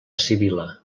sibil·la